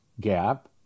Gap